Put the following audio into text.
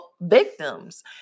victims